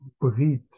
Brit